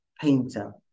painter